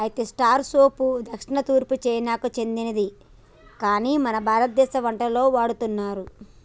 అయితే స్టార్ సోంపు దక్షిణ తూర్పు చైనాకు సెందినది కాని మన భారతదేశ వంటలలో వాడుతున్నారు